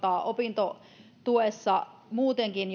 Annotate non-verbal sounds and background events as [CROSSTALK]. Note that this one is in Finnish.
opintotuessa muutenkin [UNINTELLIGIBLE]